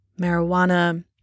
marijuana